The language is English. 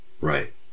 Right